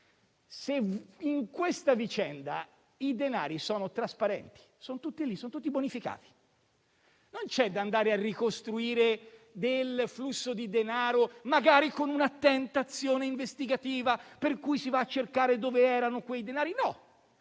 In questa vicenda i denari sono trasparenti, sono tutti lì, tutti bonificati. Non bisogna andare a ricostruire del flusso di denaro, magari con un'attenta azione investigativa, per cui si va a cercare dove erano quei denari.